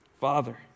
Father